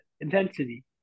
intensity